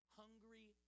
hungry